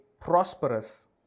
prosperous